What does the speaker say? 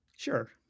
Sure